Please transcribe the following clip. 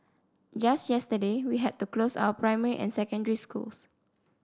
just yesterday we had to close our primary and secondary schools